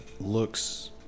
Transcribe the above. looks